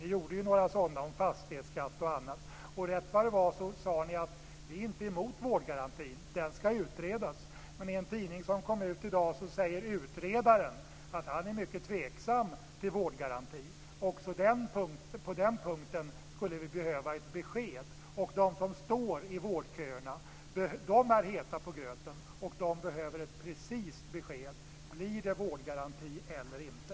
Ni gjorde ju några sådana om fastighetsskatt och annat, och där sade ni att ni inte var emot vårdgarantin utan att den skulle utredas. Men i en tidning som kom ut i dag säger utredaren att han är mycket tveksam till vårdgaranti. Också på den punkten skulle vi behöva ett besked. De som står i vårdköerna är heta på gröten, och de behöver ett precist besked: Blir det vårdgaranti eller inte?